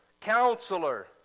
Counselor